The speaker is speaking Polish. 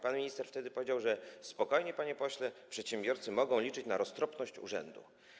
Pan minister wtedy powiedział: Spokojnie, panie pośle, przedsiębiorcy mogą liczyć na roztropność urzędu.